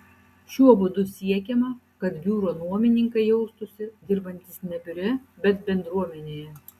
šiuo būdu siekiama kad biuro nuomininkai jaustųsi dirbantys ne biure bet bendruomenėje